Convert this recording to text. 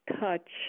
touch